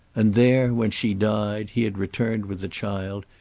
and there, when she died, he had returned with the child,